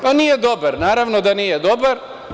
Pa, nije dobar, naravno da nije dobar.